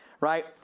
Right